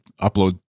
upload